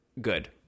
good